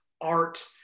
art